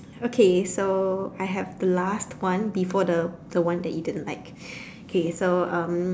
okay so I have the last one before the the one that you didn't like okay so um